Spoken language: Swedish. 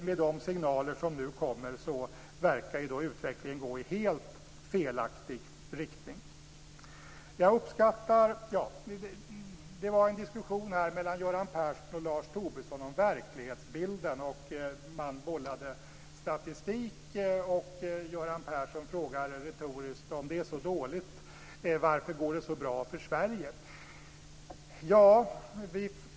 Med de signaler som nu kommer verkar utvecklingen gå i helt felaktig riktning. Det fördes en diskussion här mellan Göran Persson och Lars Tobisson om verklighetsbilden. Man bollade statistik, och Göran Persson frågade retoriskt: Om det är så dåligt, varför går det så bra för Sverige?